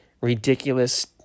ridiculous